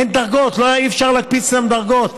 אין דרגות, לא היה אפשר להקפיץ להם דרגות.